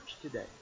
today